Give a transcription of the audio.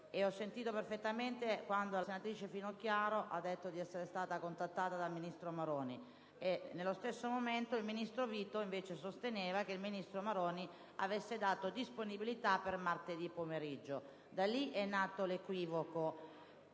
ho sentito perfettamente quando la senatrice Finocchiaro ha detto di essere stata contattata dal ministro Maroni; nello stesso momento, il ministro Vito invece sosteneva che il ministro Maroni avesse dato disponibilità per martedì pomeriggio. Da lì è nato l'equivoco.